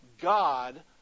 God